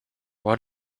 what